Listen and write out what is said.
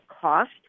cost